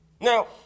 Now